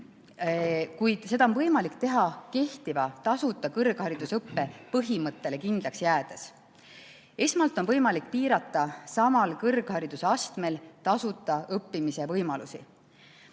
kuid seda on võimalik teha kehtiva tasuta kõrgharidusõppe põhimõttele kindlaks jäädes. Esmalt on võimalik piirata samal kõrgharidusastmel tasuta õppimise võimalusi.